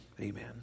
amen